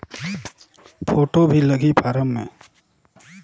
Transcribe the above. Photo भी लगी form मे?